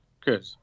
Good